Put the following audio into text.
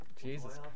Jesus